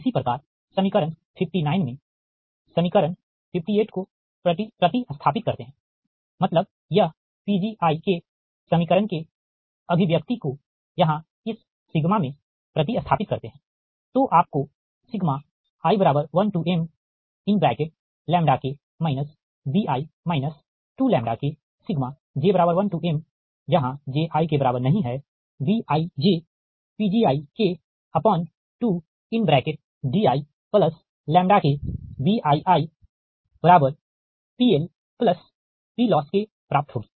इसी प्रकार समीकरण 59 में समीकरण 58 को प्रति स्थापित करते है मतलब यह PgiK समीकरण के अभिव्यक्ति को यहाँ इस सिग्मा में प्रति स्थापित करते हैं तो आपकोi 1m K bi 2Kj1 j≠imBijPgjK 2diKBii PLPLossk प्राप्त होगी